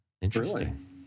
Interesting